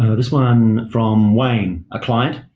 ah this one from wayne, a client.